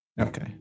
Okay